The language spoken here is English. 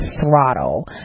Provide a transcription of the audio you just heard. throttle